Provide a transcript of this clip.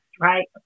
right